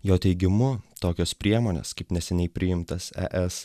jo teigimu tokios priemonės kaip neseniai priimtas es